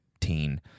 teen